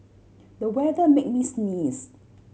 the weather made me sneeze